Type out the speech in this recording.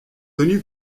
connu